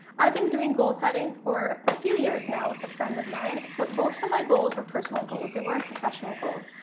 i've been doing goal-setting for a few years now with a friend of mine, but most of my goals were personal goals, they weren't professional goals.